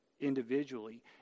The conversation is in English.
individually